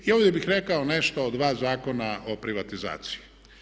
I ovdje bih rekao nešto o dva Zakona o privatizaciji.